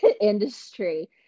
industry